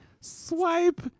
swipe